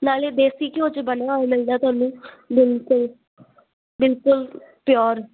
ਨਾਲੇ ਦੇਸੀ ਘਿਓ ਚ ਬਣਿਆ ਹੋਇਆ ਮਿਲਦਾ ਤੁਹਾਨੂੰ ਬਿਲਕੁਲ ਬਿਲਕੁਲ ਪਿਓਰ